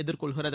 எதிர்கொள்கிறது